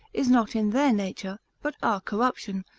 is not in their nature, but our corruption,